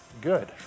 good